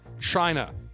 China